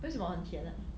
为什么很甜 ah